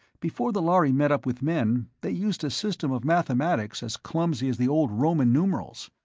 before the lhari met up with men, they used a system of mathematics as clumsy as the old roman numerals.